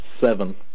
seven